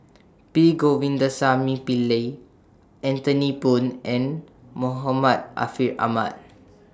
B Govindasamy Pillai Anthony Poon and Muhammad Ariff Ahmad